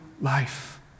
life